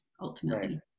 ultimately